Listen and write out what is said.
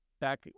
back